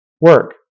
work